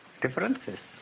differences